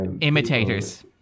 Imitators